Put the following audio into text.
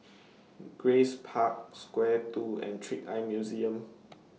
Grace Park Square two and Trick Eye Museum